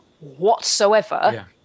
whatsoever